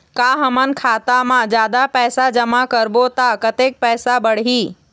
का हमन खाता मा जादा पैसा जमा करबो ता कतेक पैसा बढ़ही?